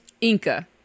Inca